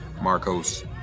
marcos